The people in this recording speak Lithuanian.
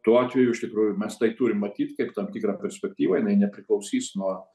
tuo atveju iš tikrųjų mes tai turim matyt kaip tam tikrą perspektyvą jinai nepriklausys nuo